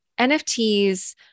NFTs